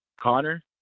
Connor